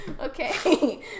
Okay